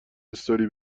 استوری